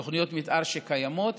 תוכניות מתאר שקיימות,